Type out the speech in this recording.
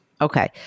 Okay